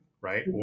right